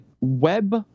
web